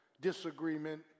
disagreement